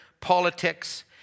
politics